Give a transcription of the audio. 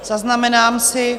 Zaznamenám si.